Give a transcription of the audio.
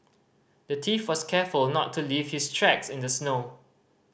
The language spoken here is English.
the thief was careful not to leave his tracks in the snow